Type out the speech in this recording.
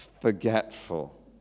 forgetful